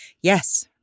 yes